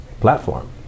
platform